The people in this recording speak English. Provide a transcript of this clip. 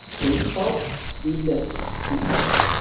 they spoke, we listened, we heard.